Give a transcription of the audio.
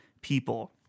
people